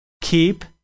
Keep